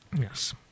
Yes